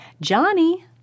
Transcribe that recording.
Johnny